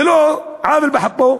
ללא עוול בכפו,